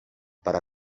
para